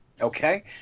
Okay